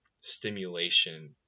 stimulation